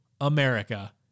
America